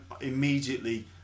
immediately